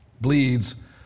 bleeds